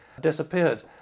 disappeared